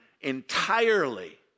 entirely